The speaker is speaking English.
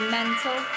mental